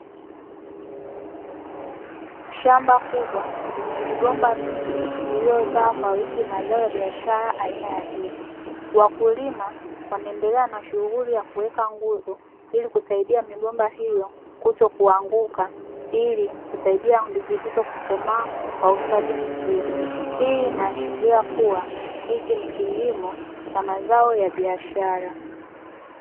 Shamba kubwa lenye migomba mingi iliyozaa kwa wingi mazao ya biashara aina ya ndizi. Wakulima wanaendelea na shughuli ya kuweka nguzo ili kusaidia migomba hiyo kutokuanguka, ili kusaidia ndizi hizo kukomaa kwa ustadi mzuri. Hii inaashiria kuwa hichi ni kilimo cha mazao ya biashara.